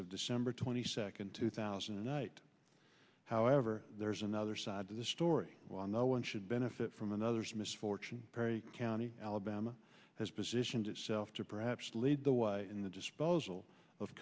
of december twenty second two thousand and eight however there's another side to the story while no one should benefit from another's misfortune perry county alabama has positioned itself to perhaps lead the way in the disposal of